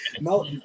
No